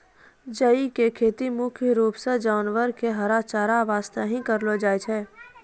जई के खेती मुख्य रूप सॅ जानवरो के हरा चारा वास्तॅ हीं करलो जाय छै